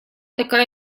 такая